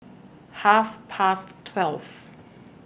Half Past twelve